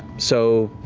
so.